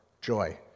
joy